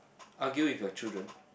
argue with your children